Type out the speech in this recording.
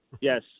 Yes